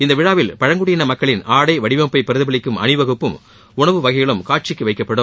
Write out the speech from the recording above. இந்த விழாவில் பழங்குடியின மக்களின் ஆடை வடிவமைப்பை பிரதிபலிக்கும் அணிவகுப்பும் உணவு வகைகளும் காட்சிக்கு வைக்கப்படும்